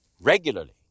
regularly